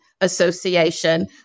Association